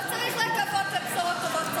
לא צריך לקוות לבשורות טובות,